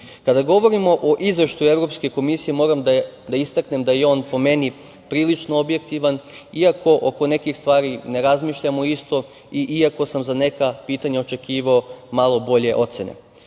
govorimo o Izveštaju Evropske komisije, moram da istaknem da je on, po meni, prilično objektivan, iako oko nekih stvari ne razmišljamo isto, iako sam za neka pitanja očekivao malo bolje ocene.